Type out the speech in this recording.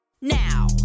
now